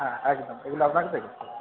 হ্যাঁ একদম এগুলো আপনাকে পে করতে হবে